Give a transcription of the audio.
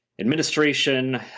administration